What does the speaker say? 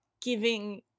giving